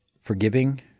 Forgiving